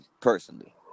Personally